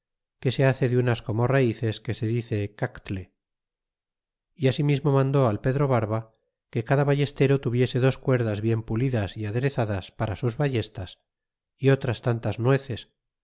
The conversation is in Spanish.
que se hace de unas como raices que se dice cactle y asimismo mandó al pedro barba que cada ballestero tuviese dos cuerdas bien pulidas y aderezadas para sus ballestas y otras tantas nueces